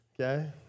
okay